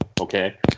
Okay